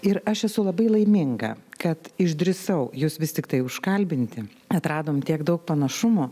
ir aš esu labai laiminga kad išdrįsau jus vis tiktai užkalbinti atradom tiek daug panašumo